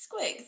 Squigs